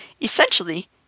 essentially